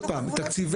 עוד פעם,